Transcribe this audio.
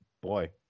boy